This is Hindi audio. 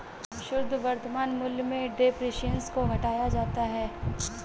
शुद्ध वर्तमान मूल्य में डेप्रिसिएशन को घटाया जाता है